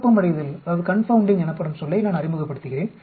குழப்பமடைதல் எனப்படும் சொல்லை நான் அறிமுகப்படுத்துகிறேன்